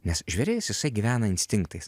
nes žvėris jisai gyvena instinktais